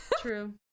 True